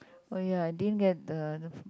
oh ya didn't get the the